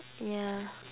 yeah